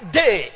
day